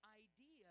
idea